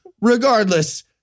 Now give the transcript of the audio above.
regardless